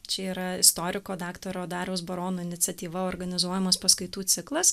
čia yra istoriko daktaro dariaus barono iniciatyva organizuojamas paskaitų ciklas